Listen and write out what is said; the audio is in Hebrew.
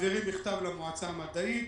מעבירים מכתב למועצה המדעית